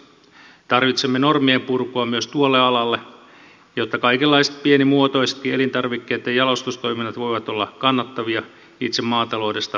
tarvitsemme normien purkua myös tuolle alalle jotta kaikenlaiset pienimuotoisetkin elintarvikkeitten jalostustoiminnat voivat olla kannattavia itse maataloudesta puhumattakaan